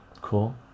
cool